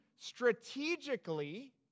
strategically